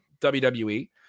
WWE